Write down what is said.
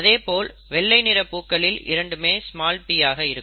அதே போல் வெள்ளை நிற பூக்களில் இரண்டுமே p ஆக இருக்கும்